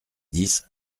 dix